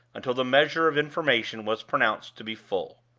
until the measure of information was pronounced to be full.